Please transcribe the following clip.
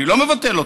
אני לא מבטל אותו.